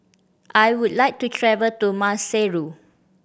I would like to travel to Maseru